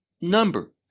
number